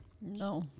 No